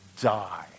die